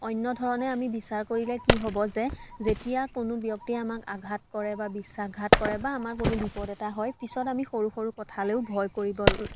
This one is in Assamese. অন্য ধৰণে আমি বিচাৰ কৰিলে কি হ'ব যে যেতিয়া কোনো ব্যক্তিয়ে আমাক আঘাত কৰে বা বিশ্ৱাসঘাত কৰে বা আমাৰ কোনো বিপদ এটা হয় পিছত আমি সৰু সৰু কথালেও ভয় কৰিবল